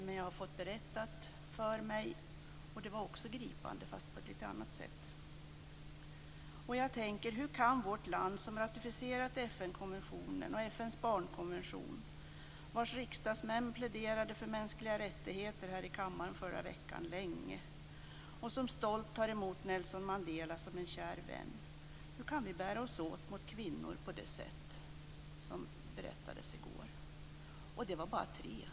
Men jag har fått berättat för mig om det. Och det var också gripande fast på ett lite annat sätt. Jag tänker att hur kan man i vårt land om har ratificerat FN konventionen och FN:s barnkonvention och vars riksdagsmän pläderade länge för mänskliga rättigheter här i kammaren förra veckan och som stolt tar emot Nelson Mandela som en kär vän bära sig åt på det sätt mot kvinnor som det berättades om i går. Och det handlade bara om tre kvinnor.